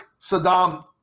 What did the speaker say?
Saddam